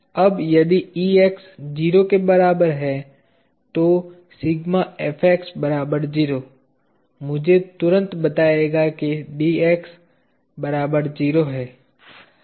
अब यदि Ex 0 के बराबर है तो सिग्मा Fx बराबर 0 मुझे तुरंत बताएगा कि Dx बराबर 0 है